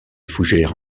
fougères